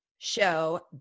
show